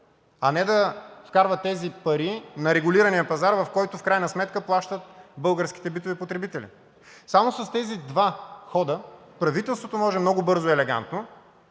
а не да вкарва тези пари на регулирания пазар, в който в крайна сметка плащат българските битови потребители. Само с тези два хода правителството може много бързо и елегантно,